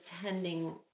attending